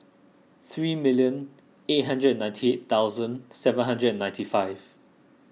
three million eight hundred and ninety eight thousand seven hundred and ninety five